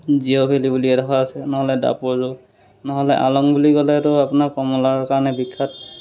Jio valley বুলি এডোখৰ আছে নহ'লে নহ'লে আলং বুলি ক'লেতো আপোনাৰ কমলাৰ কাৰণে বিখ্যাত